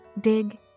Dig